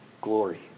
glory